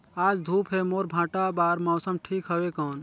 आज धूप हे मोर भांटा बार मौसम ठीक हवय कौन?